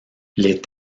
les